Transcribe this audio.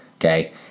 Okay